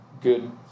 good